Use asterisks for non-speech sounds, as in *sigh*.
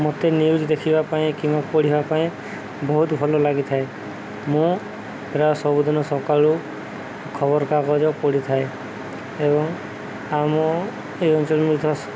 ମୋତେ ନ୍ୟୁଜ୍ ଦେଖିବା ପାଇଁ କିମ୍ବା ପଢ଼ିବା ପାଇଁ ବହୁତ ଭଲ ଲାଗିଥାଏ ମୁଁ ପ୍ରାୟ ସବୁଦିନ ସକାଳୁ ଖବରକାଗଜ ପଢ଼ିଥାଏ ଏବଂ ଆମ ଏଇ ଅଞ୍ଚଳ *unintelligible*